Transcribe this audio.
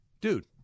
dude